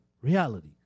reality